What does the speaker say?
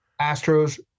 Astros